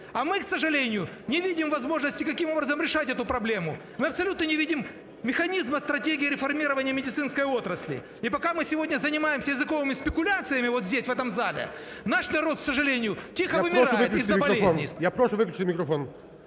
Я прошу виключити мікрофон.